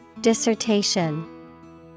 Dissertation